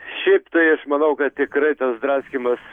šiaip tai aš manau kad tikrai tas draskymas